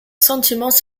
sentiments